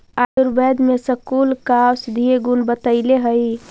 आयुर्वेद में स्कूल का औषधीय गुण बतईले हई